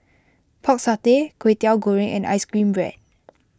Pork Satay Kway Teow Goreng and Ice Cream Bread